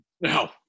No